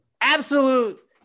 absolute